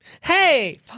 Hey